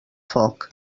foc